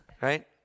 right